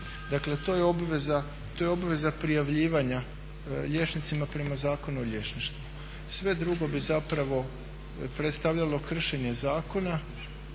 Dakle, to je obveza prijavljivanja liječnicima prema Zakonu o liječništvu. Sve drugo bi zapravo predstavljalo kršenje zakona